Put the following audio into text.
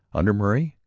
under murray,